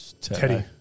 Teddy